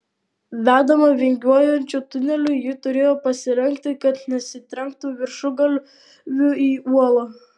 vedama vingiuojančiu tuneliu ji turėjo pasilenkti kad nesitrenktų viršugalviu į uolą